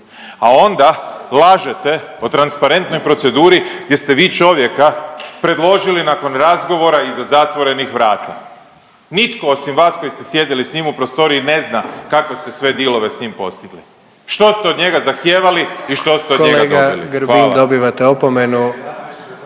A onda lažete o transparentnoj proceduri gdje ste vi čovjeka predložili nakon razgovora iza zatvorenih vrata. Nitko osim vas koji ste sjedili s njim u prostoriji ne zna kakve ste sve dealove s njim postigli. Što ste od njega zahtijevali i što ste od njega dobili. Hvala. **Jandroković, Gordan